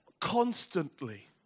constantly